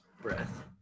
breath